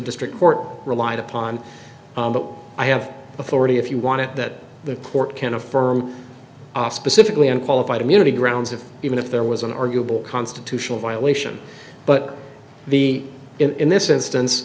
district court relied upon but i have authority if you want it that the court can affirm specifically in qualified immunity grounds if even if there was an arguable constitutional violation but the in this instance